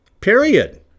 Period